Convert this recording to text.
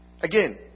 Again